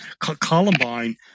Columbine